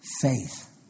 Faith